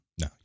No